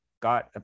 got